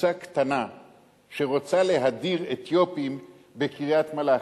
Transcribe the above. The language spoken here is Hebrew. קבוצה קטנה שרוצה להדיר אתיופים בקריית-מלאכי.